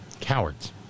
cowards